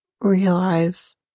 realize